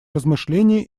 размышления